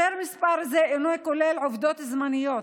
מספר זה אינו כולל עובדות זמניות,